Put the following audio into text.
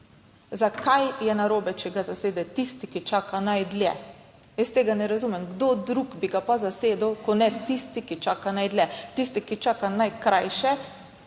Zakaj je narobe, če ga zasede tisti, ki čaka najdlje. Jaz tega ne razumem, kdo drug bi ga pa zasedel, ko ne tisti, ki čaka najdlje? Tisti, ki čaka najkrajše.